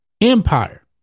Empire